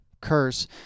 curse